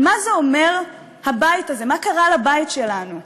על מה אומר הבית הזה, מה קרה לבית שלנו,